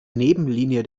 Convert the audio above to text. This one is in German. nebenlinie